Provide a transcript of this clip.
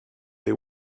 they